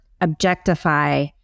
objectify